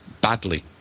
badly